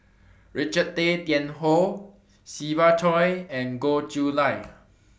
Richard Tay Tian Hoe Siva Choy and Goh Chiew Lye